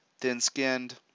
Thin-skinned